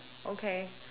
okay